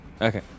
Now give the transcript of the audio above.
Okay